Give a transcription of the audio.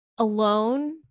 alone